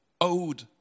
owed